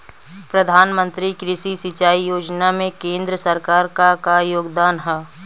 प्रधानमंत्री कृषि सिंचाई योजना में केंद्र सरकार क का योगदान ह?